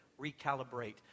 recalibrate